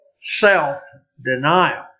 self-denial